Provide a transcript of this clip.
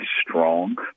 strong